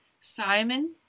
Simon